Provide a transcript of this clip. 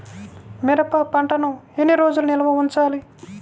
మిరప పంటను ఎన్ని రోజులు నిల్వ ఉంచాలి?